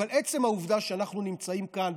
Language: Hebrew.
אבל עצם העובדה שאנחנו נמצאים כאן,